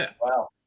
Wow